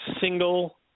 Single